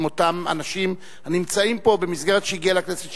אותם אנשים הנמצאים פה במסגרת שהגיעה לכנסת,